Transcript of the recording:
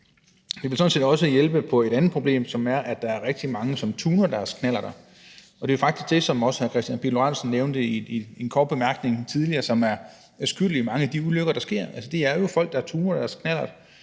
Det vil sådan set også hjælpe på et andet problem, som er, at der er rigtig mange, som tuner deres knallerter, og det er faktisk det, som også hr. Kristian Pihl Lorentzen nævnte i en kort bemærkning tidligere, som er skyld i mange af de ulykker, der sker. Altså, det er jo folk, der tuner deres knallert